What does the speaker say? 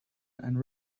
and